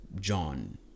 John